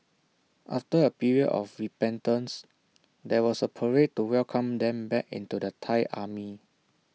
after A period of repentance there was A parade to welcome them back into the Thai army